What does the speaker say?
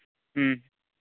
ᱦᱩᱸ